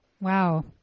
Wow